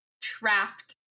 trapped